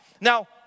Now